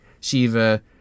Shiva